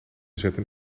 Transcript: zetten